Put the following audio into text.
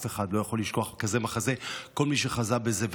אף אחד לא יכול לשכוח כזה מחזה, כל מי שחזה בזה.